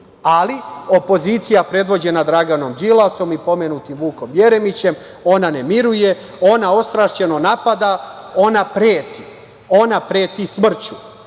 penzija. Opozicija predvođena Draganom Đilasom i pomenutim Vukom Jeremićem ne miruje, ona ostrašćeno napada, ona preti, ona preti smrću,